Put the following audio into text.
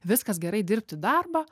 viskas gerai dirbti darbą